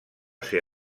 ser